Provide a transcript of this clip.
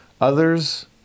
Others